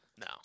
No